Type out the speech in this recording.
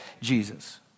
Jesus